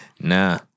Nah